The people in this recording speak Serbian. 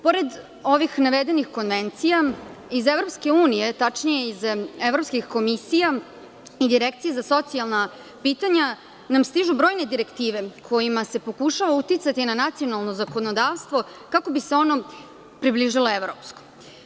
Pored ovih navedenih konvencija iz EU tačnije iz evropskih komisija i Direkcija za socijalna pitanja nam stižu brojne direktive kojima se pokušava uticati na nacionalno zakonodavstvo kako bi se ono približilo evropskom.